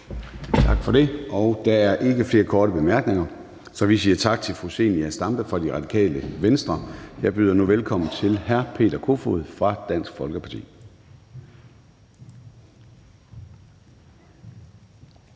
Tak for det. Der er ikke flere korte bemærkninger, så vi siger tak til fru Zenia Stampe fra Radikale Venstre. Jeg byder nu velkommen til hr. Peter Kofod fra Dansk Folkeparti.